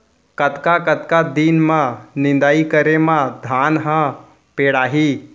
कतका कतका दिन म निदाई करे म धान ह पेड़ाही?